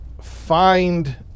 find